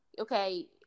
okay